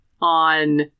On